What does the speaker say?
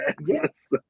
Yes